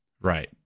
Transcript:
right